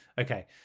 okay